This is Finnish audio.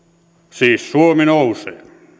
siis suomi nousee